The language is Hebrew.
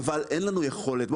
אבל אין לנו יכולת.